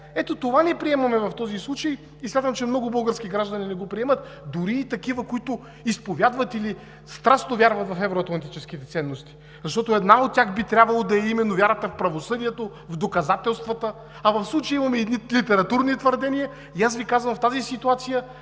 Ето това не приемаме в този случай и смятам, че много български граждани не го приемат, дори и такива, които изповядват или страстно вярват в евроатлантическите ценности, защото една от тях би трябвало да е именно вярата в правосъдието, в доказателствата, а в случая имаме едни литературни твърдения и аз Ви казвам в тази ситуация